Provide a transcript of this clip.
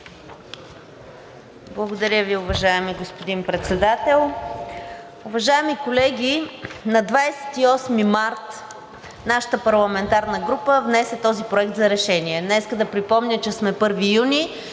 Благодаря Ви, уважаеми господин Председател. Уважаеми колеги! На 28 март нашата парламентарна група внесе този проект за решение. Днес да припомня, че сме 1 юни